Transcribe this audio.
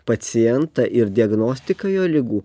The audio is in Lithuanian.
pacientą ir diagnostiką jo ligų